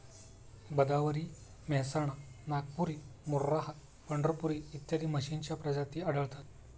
भदावरी, मेहसाणा, नागपुरी, मुर्राह, पंढरपुरी इत्यादी म्हशींच्या प्रजाती आढळतात